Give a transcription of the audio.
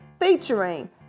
featuring